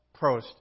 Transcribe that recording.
Prost